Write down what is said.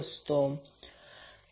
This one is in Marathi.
असतो